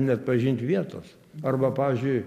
neatpažint vietos arba pavyzdžiui